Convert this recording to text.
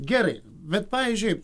gerai bet pavyzdžiui